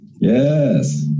Yes